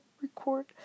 record